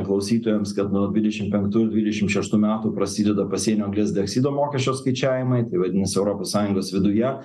klausytojams kad nuo dvidešim penktų dvidešim šeštų metų prasideda pasienio anglies dioksido mokesčio skaičiavimai tai vadinasi europos sąjungos viduje